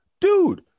dude